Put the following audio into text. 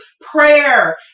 Prayer